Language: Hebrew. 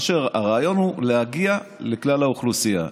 הרעיון הוא להגיע לכלל האוכלוסייה.